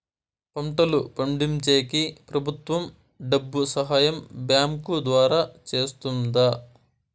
పంటలు పండించేకి ప్రభుత్వం డబ్బు సహాయం బ్యాంకు ద్వారా చేస్తుందా?